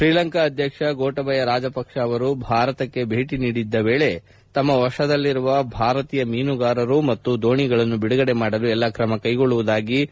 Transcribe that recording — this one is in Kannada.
ಶ್ರೀಲಂಕಾ ಅಧ್ಯಕ್ಷ ಗೊಟಬಯ ರಾಜಪಕ್ಷ ಅವರು ಭಾರತಕ್ಷೆ ಭೇಟಿ ನೀಡಿದ್ದ ವೇಳೆ ತಮ್ಮ ವಶದಲ್ಲಿರುವ ಭಾರತೀಯ ಮೀನುಗಾರರು ಮತ್ತು ದೋಣಿಗಳನ್ನು ಬಿಡುಗಡೆ ಮಾಡಲು ಎಲ್ಲಾ ಕ್ರಮಗಳನ್ನು ಕೈಗೊಳ್ಳುವುದಾಗಿ ಭರವಸೆ ನೀಡಿದ್ದಾರೆ ಎಂದರು